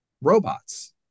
robots